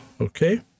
okay